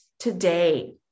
today